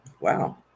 Wow